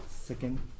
second